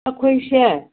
ꯑꯩꯈꯣꯏꯁꯦ